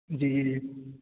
جی جی جی